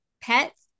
pets